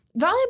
volleyball